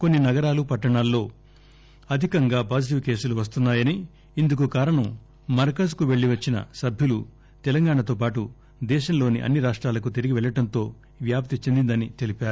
కొన్సి నగరాలు పట్టణాల్లో అధికంగా పాజిటివ్ కేసులు వస్తున్నాయనీ ఇందుకు కారణం మర్కజ్ కు పెల్లిన సభ్యులు తెలంగాణతో పాటు దేశంలోని అన్ని రాష్టాలకు తిరిగి వెళ్లడంతో వ్యాప్తి చెందిందని తెలిపారు